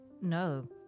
No